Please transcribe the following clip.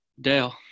Dale